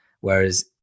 whereas